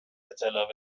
اطلاع